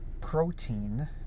protein